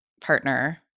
partner